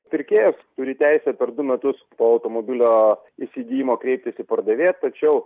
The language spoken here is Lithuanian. pirkėjas turi teisę per du metus po automobilio įsigijimo kreiptis į pardavėją tačiau